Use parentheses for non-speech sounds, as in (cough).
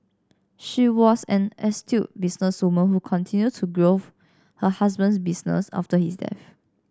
she was an astute businesswoman who continued to (unintelligible) her husband's business after his death